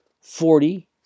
forty